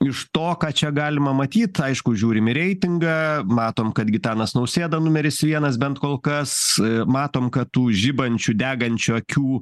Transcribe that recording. iš to ką čia galima matyt aišku žiūrim į reitingą matom kad gitanas nausėda numeris vienas bent kol kas matom kad tų žibančių degančių akių